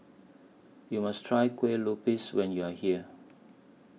YOU must Try Kueh Lupis when YOU Are here